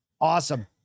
Awesome